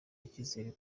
icyizere